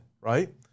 right